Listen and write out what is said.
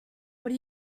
what